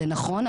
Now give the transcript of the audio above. זה נכון,